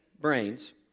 brains